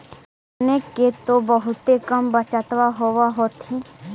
अपने के तो बहुते कम बचतबा होब होथिं?